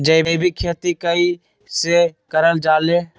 जैविक खेती कई से करल जाले?